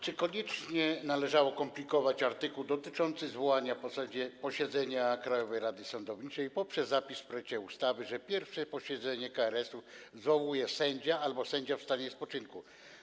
Czy koniecznie należało komplikować artykuł dotyczący zwołania posiedzenia Krajowej Rady Sądownictwa poprzez zapis w projekcie ustawy, że pierwsze posiedzenie KRS-u zwołuje sędzia albo sędzia w stanie spoczynku?